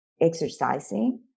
exercising